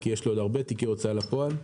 כי יש לו עוד הרבה תיקי הוצאה לפועל,